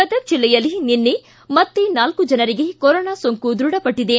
ಗದಗ ಜಿಲ್ಲೆಯಲ್ಲಿ ನಿನ್ನೆ ಮತ್ತೆ ನಾಲ್ಲು ಜನರಿಗೆ ಕೊರೋನಾಸೋಂಕು ದೃಢಪಟ್ಟದೆ